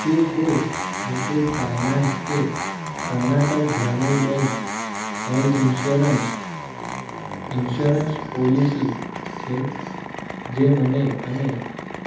શું કોઈ મુથુટ ફાઇનાન્સ કે Karnataka Gramin bank health insurance insurance policy છે જે મને અને